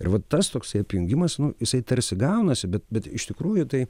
ir va tas toksai apjungimas nu jisai tarsi gaunasi bet bet iš tikrųjų tai